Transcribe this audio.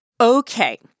Okay